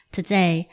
Today